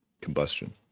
combustion